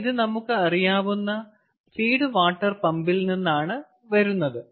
പിന്നെ ഇത് നമുക്ക് അറിയാവുന്ന ഫീഡ് വാട്ടർ പമ്പിൽ നിന്നാണ് വരുന്നത്